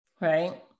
right